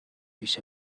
پیش